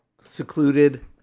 secluded